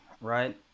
right